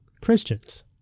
Christians